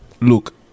look